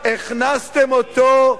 הכנסתם אותו,